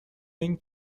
این